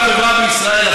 אכפת לו מהחברה בישראל,